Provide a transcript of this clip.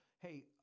hey